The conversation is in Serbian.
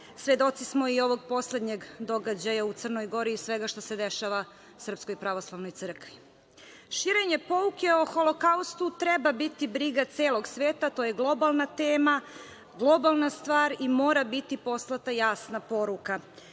Svedoci smo i ovog poslednjeg događaja u Crnoj Gori i svega što se dešava Srpskoj Pravoslavnoj Crkvi. Širenje pouke o Holokaustu treba biti briga celog sveta. To je globalna tema, globalna stvar i mora biti poslata jasna poruka. Ovaj